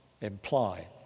imply